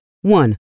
One